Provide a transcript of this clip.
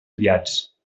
enviats